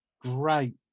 great